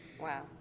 Wow